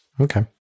Okay